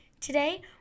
Today